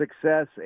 success